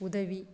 உதவி